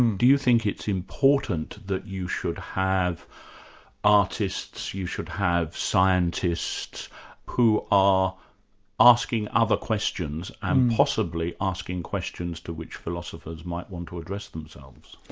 do you think it's important that you should have artists you should have scientists who are asking other questions and possibly asking questions to which philosophers might want to address themselves?